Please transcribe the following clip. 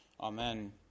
Amen